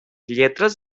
lletres